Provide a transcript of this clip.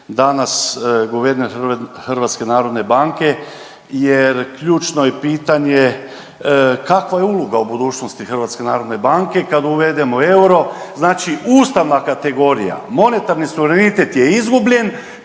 danas guverner HNB-a jer ključno je pitanje kakva je uloga u budućnosti HNB kad uvedemo euro? Znači ustavna kategorija, monetarni suverenitet je izgubljen